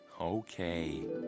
Okay